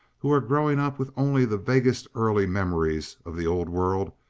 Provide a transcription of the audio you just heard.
who are growing up with only the vaguest early memories of the old world,